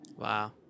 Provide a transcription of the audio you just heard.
wow